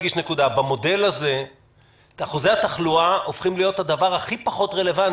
במודל הזה אחוזי התחלואה הופכים להיות הדבר הכי פחות רלוונטי.